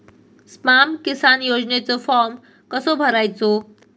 स्माम किसान योजनेचो फॉर्म कसो भरायचो?